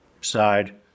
side